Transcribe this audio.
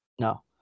No